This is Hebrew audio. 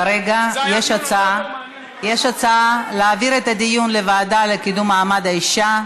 כרגע יש הצעה להעביר את הדיון לוועדה לקידום מעמד האישה.